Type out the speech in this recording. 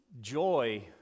Joy